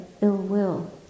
ill-will